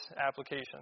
application